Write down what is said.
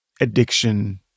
addiction